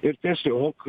ir tiesiog